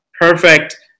perfect